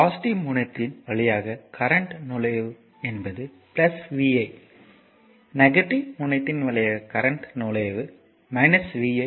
positive முனையத்தின் வழியாக current நுழைவு என்பது vi நெகட்டிவ் முனையத்தின் வழியாக கரண்ட் நுழைவு vi